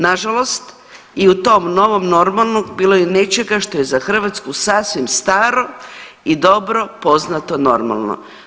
Na žalost i u tom novom normalnom bilo je i nečega što je za Hrvatsku sasvim staro i dobro poznato normalno.